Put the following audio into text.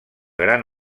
gran